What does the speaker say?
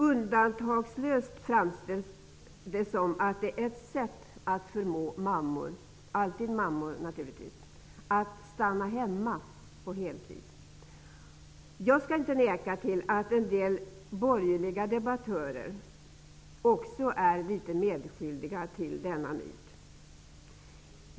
Undantagslöst framställs förslaget som ett sätt att förmå mammor -- naturligtvis alltid mammor -- att stanna hemma på heltid. Jag skall inte neka till att en del borgerliga debattörer också är något medskyldiga till en sådan myt.